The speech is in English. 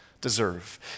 deserve